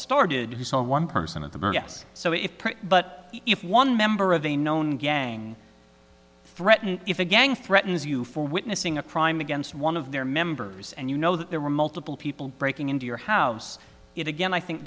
started you saw one person in the us so if but if one member of a known gang threatened if a gang threatens you for witnessing a crime against one of their members and you know that there were multiple people breaking into your house it again i think